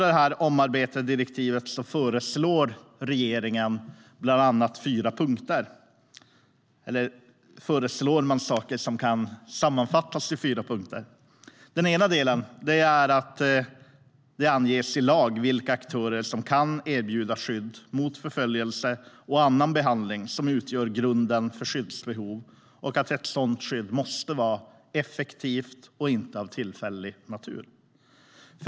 Det regeringen föreslår för att kunna genomföra det omarbetade direktivet kan sammanfattas i fyra punkter: Det ska anges i lag vilka aktörer som kan erbjuda skydd mot förföljelse och annan behandling som utgör grund för skyddsbehov och att ett sådant skydd måste vara effektivt och inte av tillfällig natur.